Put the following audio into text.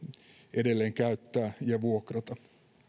edelleen käyttää ja vuokrata